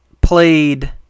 played